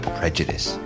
prejudice